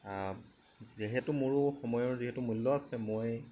যিহেতু মোৰো সময়ৰ যিহেতু মূল্য় আছে মই